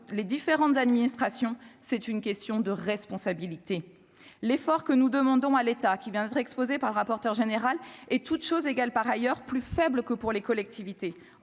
les différentes administrations, c'est une question de responsabilité l'effort que nous demandons à l'État qui viendrait exposées par le rapporteur général et toutes choses égales par ailleurs, plus faible que pour les collectivités,